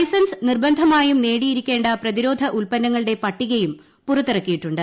ലൈസ്റ്റ്ൻസ് നിർബന്ധമായും നേടിയിരിക്കേണ്ട പ്രതിരോധ ഉൽപ്പുന്നങ്ങളുടെ പട്ടികയും പുറത്തിറക്കിയിട്ടുണ്ട്